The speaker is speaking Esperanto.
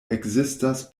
ekzistas